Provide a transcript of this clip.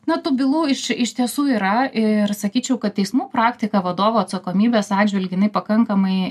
na tų bylų iš iš tiesų yra ir sakyčiau kad teismų praktika vadovo atsakomybės atžvilgiu jinai pakankamai